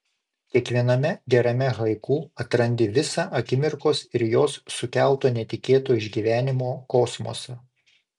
kiekviename gerame haiku atrandi visą akimirkos ir jos sukelto netikėto išgyvenimo kosmosą